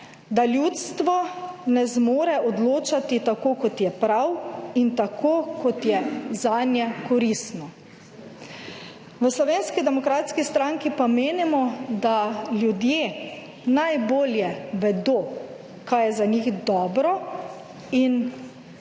da ljudstvo ne zmore odločati tako, kot je prav in tako, kot je zanje koristno. V Slovenski demokratski stranki pa menimo, da ljudje najbolje vedo kaj je za njih dobro in zelo